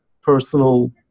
personal